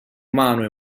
umano